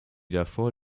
davor